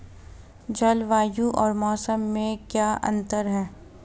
जलवायु और मौसम में अंतर क्या है?